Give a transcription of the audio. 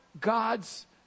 God's